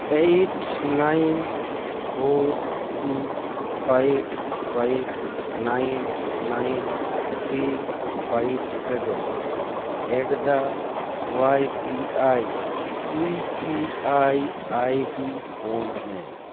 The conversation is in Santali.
eight nine four two five five nine nine three five seven and the ᱳᱣᱟᱭ ᱵᱤ ᱟᱭ ᱩᱭ ᱯᱤ ᱟᱭ ᱟᱭᱰᱤ ᱵᱚᱸᱫᱽ ᱢᱮ